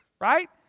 right